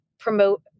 promote